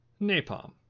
napalm